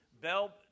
Bell